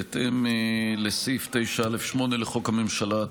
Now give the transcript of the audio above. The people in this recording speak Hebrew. בהתאם לסעיף 9(א)(8) לחוק הממשלה,